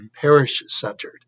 parish-centered